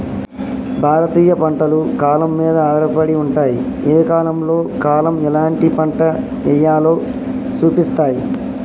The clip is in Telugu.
భారతీయ పంటలు కాలం మీద ఆధారపడి ఉంటాయి, ఏ కాలంలో కాలం ఎలాంటి పంట ఎయ్యాలో సూపిస్తాయి